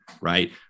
right